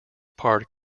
part